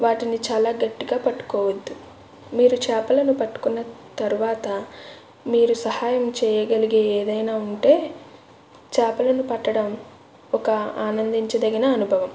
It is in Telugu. వాటిని చాలా గట్టిగా పట్టుకోవద్దు మీరు చాపలను పట్టుకోని తర్వాత మీరు సహాయం చేయగలిగే ఏదైనా ఉంటే చాపలను పట్టడం ఒక ఆనందించదగిన అనుభవం